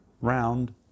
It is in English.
round